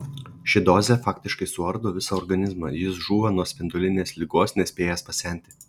ši dozė faktiškai suardo visą organizmą jis žūva nuo spindulinės ligos nespėjęs pasenti